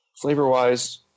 Flavor-wise